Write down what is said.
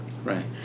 Right